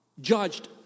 judged